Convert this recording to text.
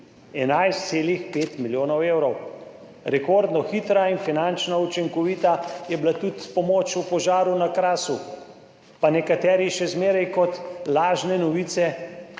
11,5 milijonov evrov. Rekordno hitra in finančno učinkovita je bila tudi pomoč v požaru na Krasu, pa nekateri še zmeraj kot lažne novice